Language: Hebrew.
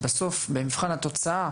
בסוף במבחן התוצאה